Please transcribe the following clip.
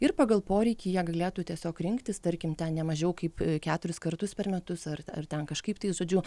ir pagal poreikį jie galėtų tiesiog rinktis tarkim ten ne mažiau kaip keturis kartus per metus ar ar ten kažkaip tai žodžiu